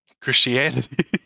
Christianity